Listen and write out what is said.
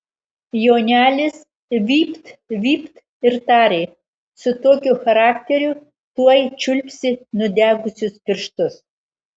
jonelis vypt vypt ir tarė su tokiu charakteriu tuoj čiulpsi nudegusius pirštus